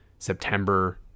september